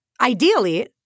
ideally